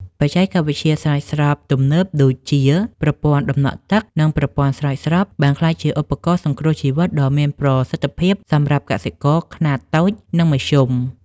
បច្ចេកវិទ្យាស្រោចស្រពទំនើបដូចជា ប្រព័ន្ធដំណក់ទឹក និងប្រព័ន្ធស្រោចស្រព បានក្លាយជាឧបករណ៍សង្គ្រោះជីវិតដ៏មានប្រសិទ្ធភាពសម្រាប់កសិករខ្នាតតូច និងមធ្យម។